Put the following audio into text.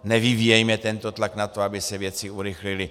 Nevyvíjejme tento tlak na to, aby se věci urychlily!